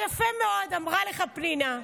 יפה מאוד אמרה לך פנינה.